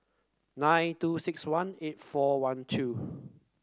nine two six one eight four one two